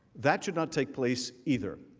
that should not take police either.